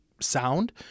sound